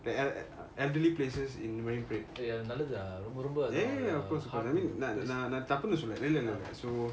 the el~ elderly places in marine parade ya ya ya of course I mean நான் நான் டஹ்ப்புனு சொல்ல இல்ல இல்ல இல்ல:naan naan tahppunu solla illa illa illa so